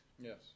Yes